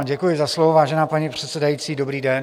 Děkuji za slovo, vážená paní předsedající, dobrý den.